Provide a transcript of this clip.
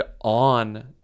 on